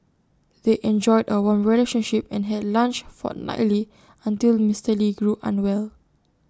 they enjoyed A warm relationship and had lunch fortnightly until Mister lee grew unwell